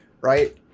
right